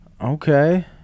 Okay